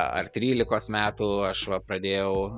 ar trylikos metų aš va pradėjau